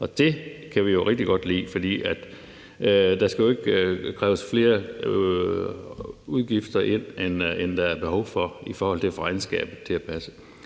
det kan vi jo rigtig godt lide, for der skal jo ikke kræves flere penge ind, end der er behov for i forhold til at få regnskabet til at passe.